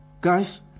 guys